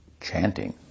chanting